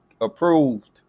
approved